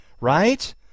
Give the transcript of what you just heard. right